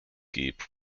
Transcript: keep